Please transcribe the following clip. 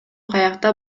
каякта